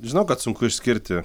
žinau kad sunku išskirti